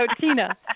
Tina